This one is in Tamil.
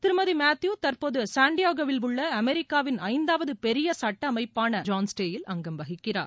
திருமதி மேத்பூ தற்போது சாண்டியாகோ உள்ள அமெரிக்காவின் ஐந்தாவது பெரிய சுட்ட அமைப்பாள ஜோன்ஸ்டேயில் அங்கம் வகிக்கிறார்